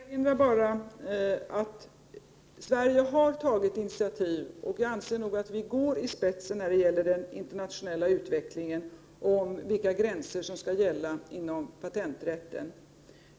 Fru talman! Jag vill bara erinra om att Sverige har tagit vissa initiativ. Jag anser att vi går i spetsen när det gäller den internationella utvecklingen i fråga om vilka gränser som skall gälla inom patenträtten.